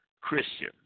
Christian